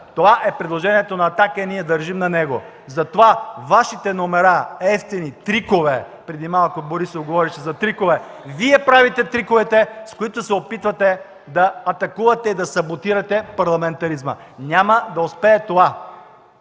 Това е предложението на „Атака” и ние държим на него. Затова Вашите номера, евтини трикове, преди малко Борисов говореше за трикове, Вие правите триковете, с които се опитвате да атакувате и да саботирате парламентаризма. Няма да успее това!